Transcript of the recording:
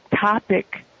topic